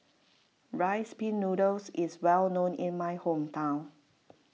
Rice Pin Noodles is well known in my hometown